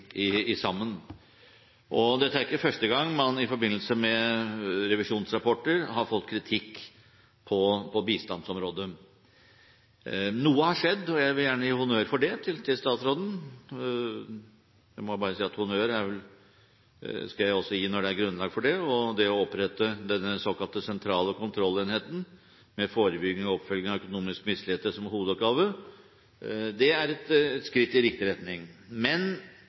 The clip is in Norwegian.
forbindelse med revisjonsrapporter. Noe har skjedd, og jeg vil gjerne gi statsråden honnør for det. Jeg må bare si at honnør skal jeg også gi når det er grunnlag for det, og å opprette denne såkalte sentrale kontrollenheten med forebygging og oppfølging av økonomiske misligheter som hovedoppgave, er et skritt i riktig retning. Men